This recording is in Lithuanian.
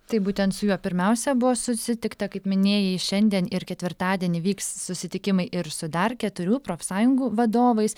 taip būtent su juo pirmiausia buvo susitikta kaip minėjai šiandien ir ketvirtadienį vyks susitikimai ir su dar keturių profsąjungų vadovais